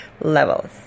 levels